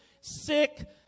sick